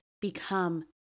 become